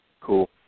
Cool